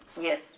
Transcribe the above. Yes